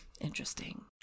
interesting